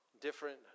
different